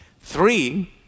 Three